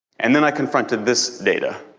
and then i confronted this data,